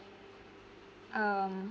um